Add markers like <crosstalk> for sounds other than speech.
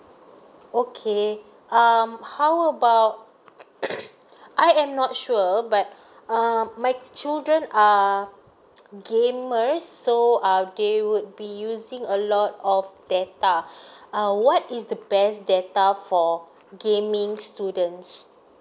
okay um how about <coughs> hi I'm not sure but err my children are gamers so err they would be using a lot of data uh what is the best data for gaming students